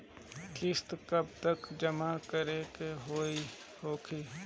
किस्त कब तक जमा करें के होखी?